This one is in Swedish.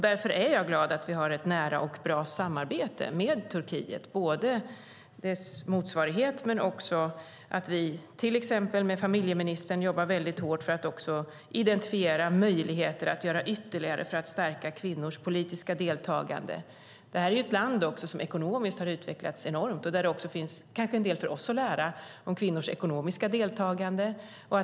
Därför är jag glad att vi har ett nära och bra samarbete med Turkiet och att vi till exempel med familjeministern jobbar väldigt hårt för att identifiera möjligheter att göra ytterligare för att stärka kvinnors politiska deltagande. Det är ett land som också ekonomiskt har utvecklats enormt. Där kan det kanske också finnas en del för oss att lära om kvinnors ekonomiska deltagande.